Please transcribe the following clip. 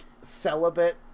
celibate